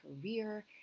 career